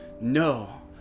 No